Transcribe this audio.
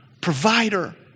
provider